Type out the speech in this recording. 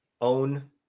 own